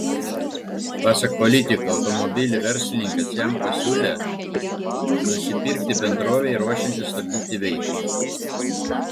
pasak politiko automobilį verslininkas jam pasiūlė nusipirkti bendrovei ruošiantis stabdyti veiklą